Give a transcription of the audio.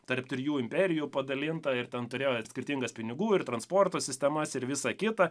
tarp trijų imperijų padalinta ir ten turėjo skirtingas pinigų ir transporto sistemas ir visa kita